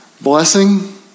blessing